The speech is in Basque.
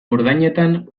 ordainetan